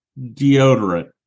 deodorant